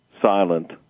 silent